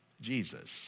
Jesus